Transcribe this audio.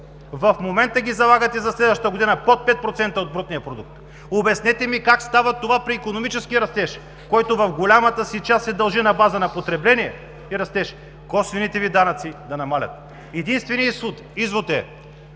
В момента ги залагате за следващата година под 5% от брутния продукт. Обяснете ми как става това при икономически растеж, който в голямата си част се дължи на база на потребление и растеж, косвените Ви данъци да намалят? Единственият извод е,